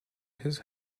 his